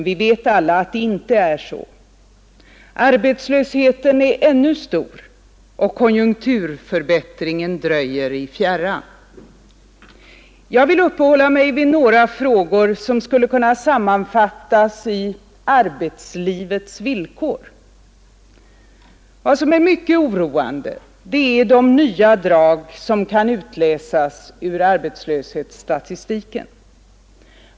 Vi vet alla att det inte är så. Arbetslösheten är ännu stor och konjunkturförbättringen dröjer i fjärran. Jag vill uppehålla mig vid några frågor som skulle kunna sammanfattas i arbetslivets villkor. Vad som är mycket oroande är de nya drag som kan utläsas ur arbetslöshetsstatistiken.